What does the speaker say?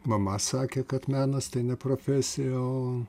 mama sakė kad menas tai ne profesija o